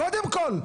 קודם כל.